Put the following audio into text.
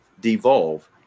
devolve